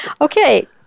Okay